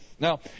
Now